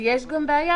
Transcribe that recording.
ויש גם בעיה,